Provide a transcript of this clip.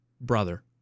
brother